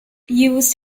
used